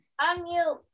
Unmute